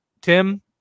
Tim